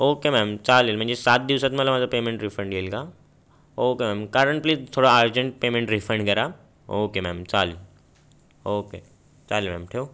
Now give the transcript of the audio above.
okay ma'am चालेल म्हणजे सात दिवसात मला माझं पेमेंट रिफंड येईल का ओके मॅम कारण प्लीज थोडं अर्जेंट पेमेंट रिफंड करा ओके मॅम चालेल ओके चालेल मॅम ठेऊ